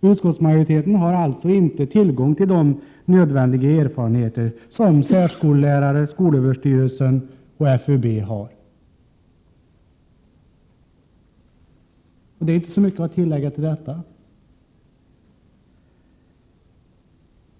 Utskottsmajoriteten har alltså inte tillgång till de nödvändiga erfarenheter som särskollärare, skolöverstyrelsen och FUB har. Det är inte så mycket att tillägga till detta.